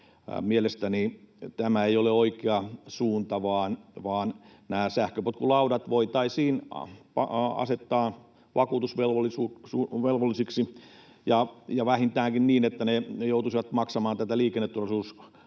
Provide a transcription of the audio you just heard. Mielestäni tämä ei ole oikea suunta, vaan nämä sähköpotkulaudat voitaisiin asettaa vakuutusvelvollisiksi ja vähintäänkin niin, että ne joutuisivat maksamaan tätä liikenneturvallisuusmaksulakiin